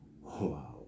Wow